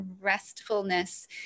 restfulness